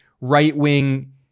right-wing